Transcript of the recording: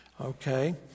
Okay